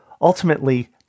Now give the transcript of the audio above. Ultimately